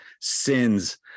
sins